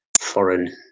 foreign